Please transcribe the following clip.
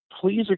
Please